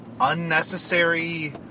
unnecessary